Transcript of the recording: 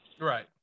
Right